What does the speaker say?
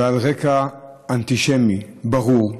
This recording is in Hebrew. ועל רקע אנטישמי ברור,